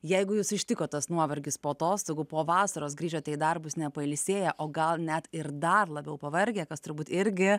jeigu jus ištiko tas nuovargis po atostogų po vasaros grįžote į darbus nepailsėję o gal net ir dar labiau pavargę kas turbūt irgi